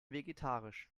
vegetarisch